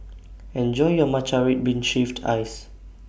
Enjoy your Matcha Red Bean Shaved Ice